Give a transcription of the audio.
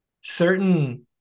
certain